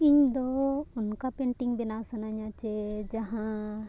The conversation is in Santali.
ᱤᱧ ᱫᱚ ᱚᱱᱠᱟ ᱯᱮᱱᱴᱤᱝ ᱵᱮᱱᱟᱣ ᱥᱟᱱᱟᱧᱟ ᱪᱮ ᱡᱟᱦᱟᱸ